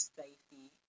safety